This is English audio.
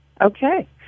Okay